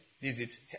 visit